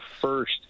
first